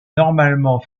normalement